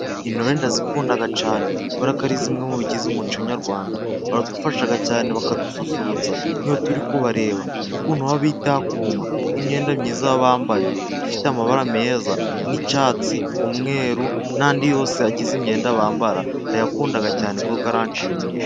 Intore ndazikunda cyane kubera ko ari zimwe mu bigize umuco nyarwanda. Baradufasha cyane bakadususurutsa, nk'iyo turi kubareba n'ukuntu baba bitakuma, n'imyenda myiza bambaye ifite amabara meza, nk'icyatsi, umweru n'andi yose agize imyenda bambara, ndayakunda cyane kuko aranshimisha.